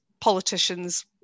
politicians